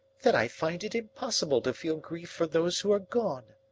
that i find it impossible to feel grief for those who are gone.